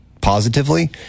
positively